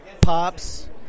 pops